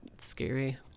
scary